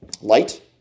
light